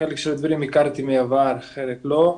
חלק מהדברים הכרתי מהעבר וחלק לא.